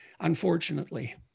unfortunately